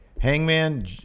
hangman